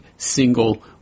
single